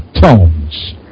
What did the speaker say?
tones